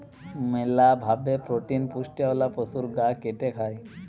মেলা ভাবে প্রোটিন পুষ্টিওয়ালা পশুর গা কেটে খায়